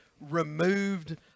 removed